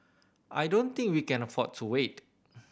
I don't think we can afford to wait